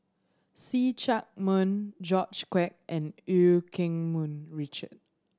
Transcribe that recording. See Chak Mun George Quek and Eu Keng Mun Richard